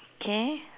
okay